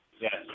Yes